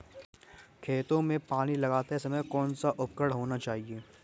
खेतों में पानी लगाते समय कौन सा उपकरण होना चाहिए?